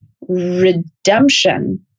redemption